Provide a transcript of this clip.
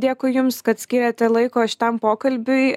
dėkui jums kad skyrėte laiko šitam pokalbiui